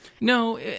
No